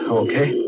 okay